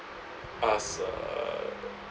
us uh